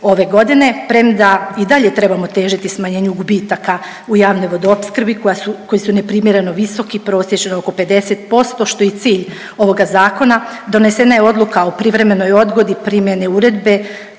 ove godine premda i dalje trebamo težiti smanjenju gubitaka u javnoj vodoopskrbi koja su, koji su neprimjereno visoki, prosječno oko 50%, što je i cilj ovoga zakona, donesena je odluka o privremenoj odgodi primjene uredbe